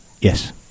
Yes